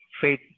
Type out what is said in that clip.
faith